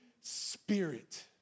Spirit